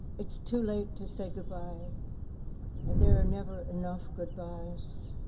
it's too late to say goodbye and there are never enough goodbyes.